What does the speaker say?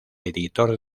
editor